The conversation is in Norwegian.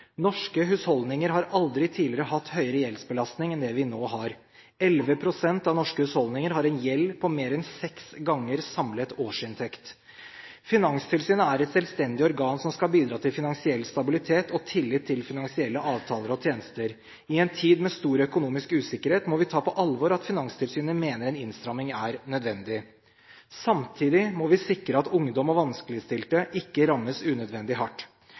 Norske husholdninger har aldri tidligere hatt høyere gjeldsbelastning enn det vi nå har. 11 pst. av norske husholdninger har en gjeld på mer enn seks ganger samlet årsinntekt. Finanstilsynet er et selvstendig organ som skal bidra til finansiell stabilitet og tillit til finansielle avtaler og tjenester. I en tid med stor økonomisk usikkerhet må vi ta på alvor at Finanstilsynet mener en innstramming er nødvendig. Samtidig må vi sikre at ungdom og vanskeligstilte ikke rammes unødvendig hardt.